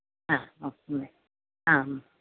ആഹ് മ് മ് ആഹ്